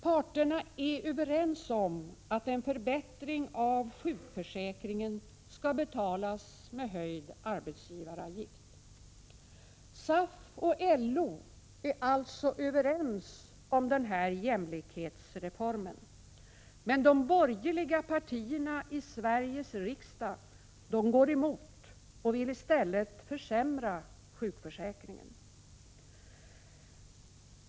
Parterna är överens om att en förbättring av sjukförsäkringen skall betalas med höjd arbetsgivaravgift. SAF och LO är alltså överens om denna jämlikhetsreform, men de borgerliga partierna i Sveriges riksdag går emot och vill i stället försämra sjukförsäkringen.